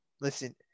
listen